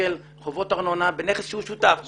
שקלים חובות ארנונה בנכס שהוא שותף בו.